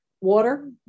water